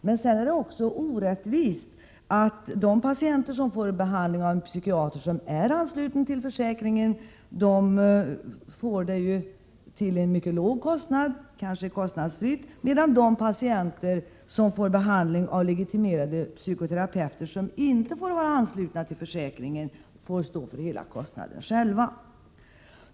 Men det är också orättvist att de patienter som får behandling av en psykiater som är ansluten till försäkringen får behandlingen till en mycket låg kostnad eller ingen kostnad alls, medan de patienter som får behandling av legitimerade psykoterapeuter, som inte får vara anslutna till försäkringen, får stå för hela kostnaden själva.